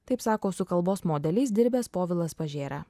taip sako su kalbos modeliais dirbęs povilas pažėra